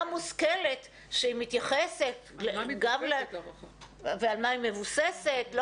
מושכלת שמתייחסת גם --- על מה מתבססת ההערכה.